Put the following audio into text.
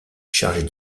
chargée